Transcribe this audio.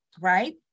right